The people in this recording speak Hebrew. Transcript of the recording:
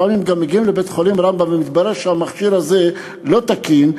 לפעמים גם מגיעים לבית-חולים רמב"ם ומתברר שהמכשיר הזה לא תקין.